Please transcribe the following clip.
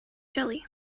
jelly